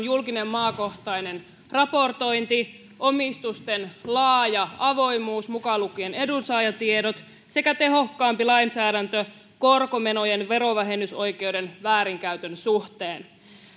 julkinen maakohtainen raportointi omistusten laaja avoimuus mukaan lukien edunsaajatiedot sekä tehokkaampi lainsäädäntö korkomenojen verovähennysoikeuden väärinkäytön suhteen